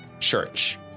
church